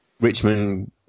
Richmond